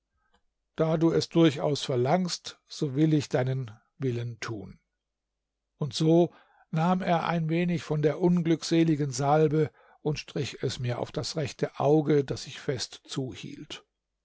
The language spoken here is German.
da du es durchaus verlangst so will ich deinen willen tun und so nahm er ein wenig von der unglückseligen salbe und strich es mir auf das rechte auge das ich fest zuhielt